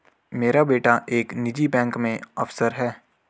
मेरा बेटा एक निजी बैंक में अफसर है